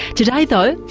today, though,